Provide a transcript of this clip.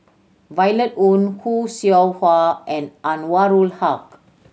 Violet Oon Khoo Seow Hwa and Anwarul Haque